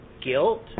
guilt